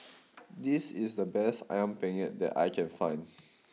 this is the best Ayam Penyet that I can find